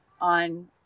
on